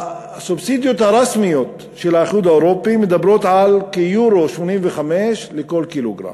הסובסידיות הרשמיות של האיחוד האירופי מדברות על 1.85 יורו לכל קילוגרם.